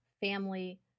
family